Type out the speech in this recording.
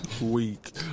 Weak